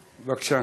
יכולה.